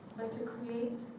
to create